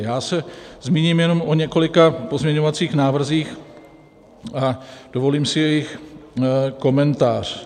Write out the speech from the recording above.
Já se zmíním jenom o několika pozměňovacích návrzích a dovolím si jejich komentář.